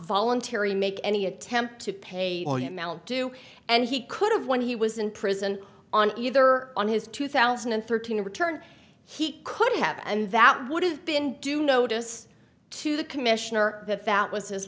voluntary make any attempt to pay him out do and he could have when he was in prison on either on his two thousand and thirteen return he could have and that would have been due notice to the commissioner that fat was his